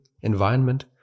environment